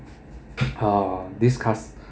uh these cus~